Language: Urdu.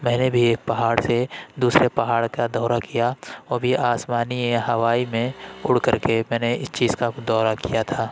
میں نے بھی ایک پہاڑ سے دوسرے پہاڑ کا دورہ کیا وہ بھی آسمانی ہوائی میں اڑ کر کے میں نے اس چیز کا دورہ کیا تھا